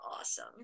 awesome